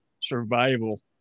survival